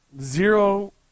zero